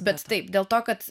bet taip dėl to kad